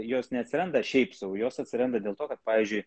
jos neatsiranda šiaip sau jos atsiranda dėl to kad pavyzdžiui